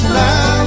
now